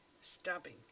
stabbing